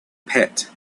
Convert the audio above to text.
pit